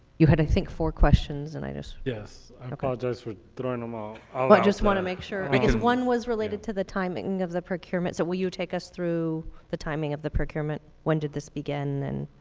you had i think four questions and i just yes. i apologize for throwing them out there all ah but just want to make sure, because one was related to the timing of the procurement so will you take us through the timing of the procurement, when did this begin and?